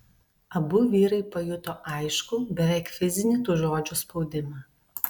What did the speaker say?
abu vyrai pajuto aiškų beveik fizinį tų žodžių spaudimą